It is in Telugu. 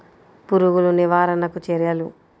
పురుగులు నివారణకు చర్యలు?